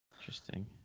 interesting